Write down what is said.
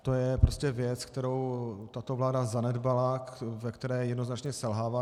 To je věc, kterou tato vláda zanedbala, ve které jednoznačně selhává.